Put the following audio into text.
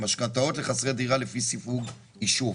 יש משכנתאות לחסרי דירה לפי סיווג יישוב.